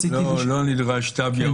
הייתה הערה אחת שהם הכניסו לגבי בתי תפילה,